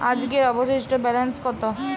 আজকের অবশিষ্ট ব্যালেন্স কত?